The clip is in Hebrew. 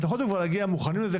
אז יכולתם כבר להגיע מוכנים לזה,